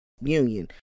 union